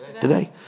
Today